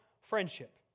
friendship